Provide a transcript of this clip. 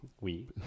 Oui